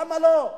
למה לא?